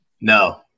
no